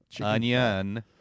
onion